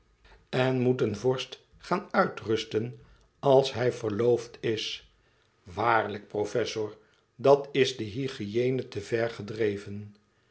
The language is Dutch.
en moet een vorst gaan uitrusten als hij verloofd is waarlijk professor dat is de hygiene te ver gedreven